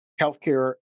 healthcare